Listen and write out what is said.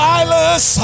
Silas